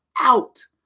out